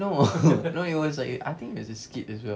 no it was like I think there's this kid as well